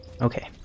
Okay